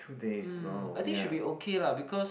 um I think should be okay lah because